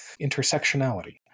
Intersectionality